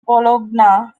bologna